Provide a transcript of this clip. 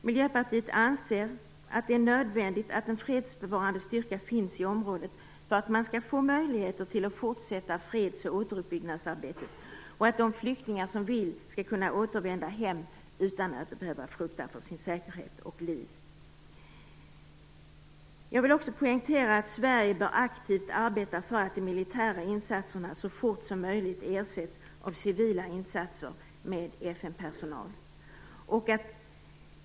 Miljöpartiet anser att det är nödvändigt att en fredsbevarande styrka finns i området för att man skall få möjligheter att fortsätta freds och återuppbyggnadsarbetet. De flyktingar som vill skall kunna återvända hem utan att behöva frukta för sin säkerhet och sitt liv. Jag vill också poängtera att Sverige aktivt bör arbeta för att de militära insatserna så fort som möjligt ersätts av civila insatser med FN-personal.